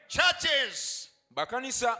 Churches